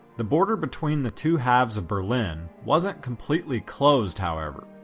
the border between the two halves of berlin wasn't completely closed, however.